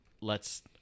lets